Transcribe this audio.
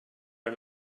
and